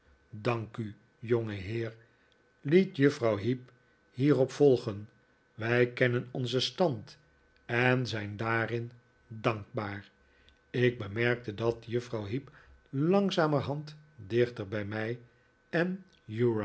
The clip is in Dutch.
dank u jongeheer liet juffrouw heep hierop volgen wij kennen onzen stand en zijn daarin dankbaar ik bemerkte dat juffrouw heep langzamerhand dichter bij mij en